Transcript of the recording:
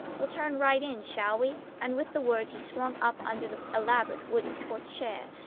we'll turn right in, shall we? and with the words he swept up under the elaborate wooden porte-cochere,